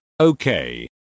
Okay